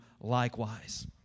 likewise